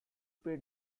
pay